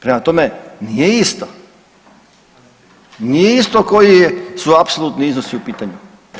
Prema tome nije isto, nije isto koji su apsolutni iznosi u pitanju.